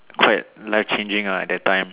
quite life changing ah at that time